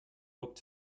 looked